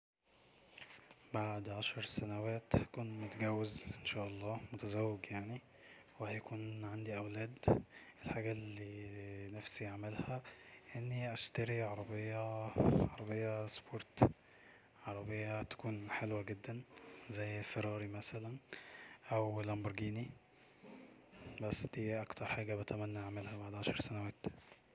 بعد عشر سنوات هكون متجوز أن شاء الله متجوز يعني وهيكون عندي اولاد الحاجة اللي نفسي اعملها اني اشتري عربية سبورت عربية تكون حلوة جدا زي فيراري مثلا او لامبرجيني بس دي اكتر حاجة بتمنى اعملها بعد عشر سنوات